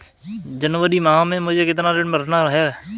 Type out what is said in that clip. जनवरी माह में मुझे कितना ऋण भरना है?